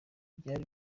byari